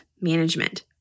management